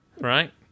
Right